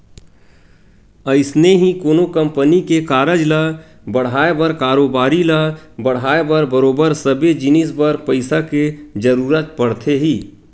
अइसने ही कोनो कंपनी के कारज ल बड़हाय बर कारोबारी ल बड़हाय बर बरोबर सबे जिनिस बर पइसा के जरुरत पड़थे ही